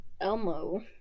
Elmo